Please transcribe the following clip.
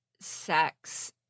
sex